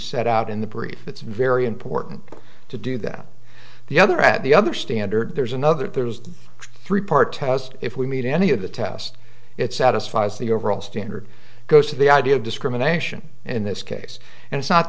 set out in the breeze it's very important to do that the other at the other standard there's another there's a three part test if we meet any of the test it satisfies the overall standard goes to the idea of discrimination in this case and it's not